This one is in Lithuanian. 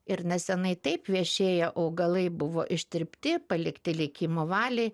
ir neseniai taip vešėję augalai buvo ištrypti palikti likimo valiai